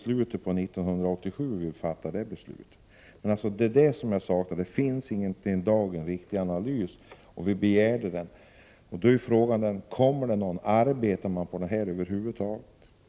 Det finns inte i dag någon riktig analys, trots att vi begärde det. Kommer det någon analys, arbetar man över huvud taget med det här?